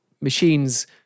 machines